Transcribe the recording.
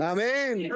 Amen